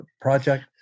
project